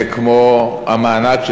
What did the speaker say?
כמו המענק,